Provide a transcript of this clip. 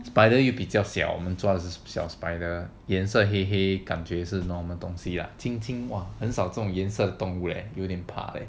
spider 有比较小我们抓的小 spider 颜色黑黑是 normal 东西啦青青 !wah! 很少颜色这种有点怕 leh